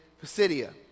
Pisidia